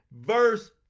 verse